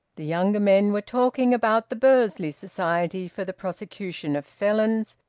the younger men were talking about the bursley society for the prosecution of felons,